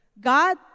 God